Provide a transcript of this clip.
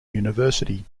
university